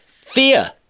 Fear